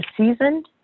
seasoned